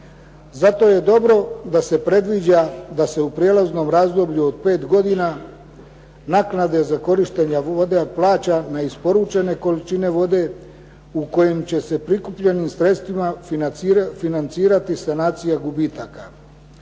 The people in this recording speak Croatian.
Zato je dobro da se predviđa da se u prijelaznom razdoblju od pet godina naknade za korištenja voda plaća na isporučene količine vode u kojim će se prikupljenim sredstvima financirati sanacija gubitaka.